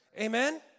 Amen